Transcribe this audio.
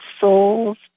souls